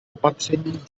opatření